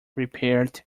repaired